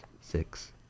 Six